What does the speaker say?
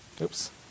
oops